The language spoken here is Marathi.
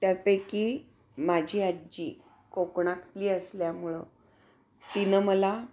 त्यापैकी माझी आजी कोकणातली असल्यामुळं तिनं मला